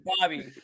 Bobby